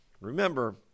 Remember